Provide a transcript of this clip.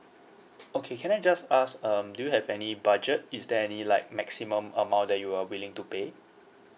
okay can I just ask um do you have any budget is there any like maximum amount that you are willing to pay